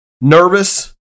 Nervous